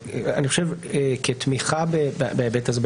כתמיכה בהיבט הזה,